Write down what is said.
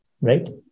right